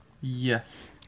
Yes